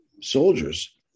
soldiers